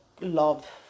love